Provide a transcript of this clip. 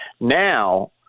now –